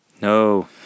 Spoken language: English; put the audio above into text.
No